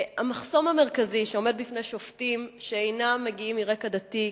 המחסום המרכזי שעומד בפני שופטים שאינם מגיעים מרקע דתי,